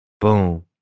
Boom